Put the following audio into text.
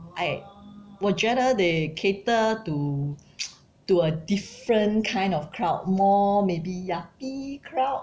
I 我觉得 they cater to to a different kind of crowd more maybe yuppie crowd